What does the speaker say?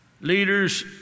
leaders